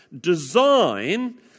design